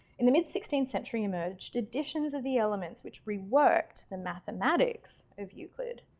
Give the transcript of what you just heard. in the mid-sixteenth century emerged editions of the elements which reworked the mathematics of euclid.